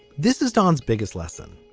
this is don's biggest lesson.